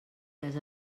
les